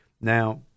Now